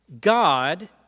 God